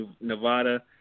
Nevada